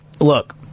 look